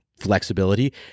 flexibility